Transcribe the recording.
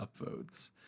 upvotes